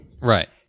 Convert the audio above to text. Right